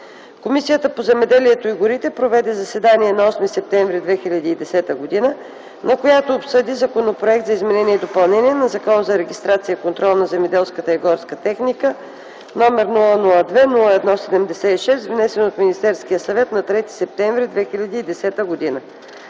Комисията по земеделието и горите проведе заседание на 8 септември 2010г., на което обсъди Законопроекта за изменение и допълнение на Закона за регистрация и контрол на земеделската и горската техника, № 002-01-76, внесен от Министерския съвет на 3 септември 2010 г.